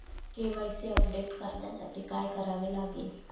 KYC update करण्यासाठी काय करावे लागेल?